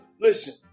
Listen